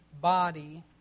body